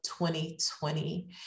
2020